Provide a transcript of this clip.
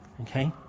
okay